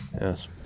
Yes